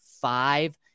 five